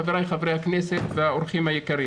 חבריי חברי הכנסת והאורחים היקרים?